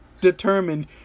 determined